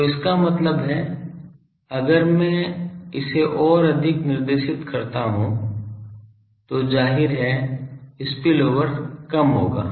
तो इसका मतलब है अगर मैं इसे और अधिक निर्देशित करता हूं तो जाहिर है स्पिलओवर कम होगा